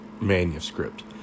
manuscript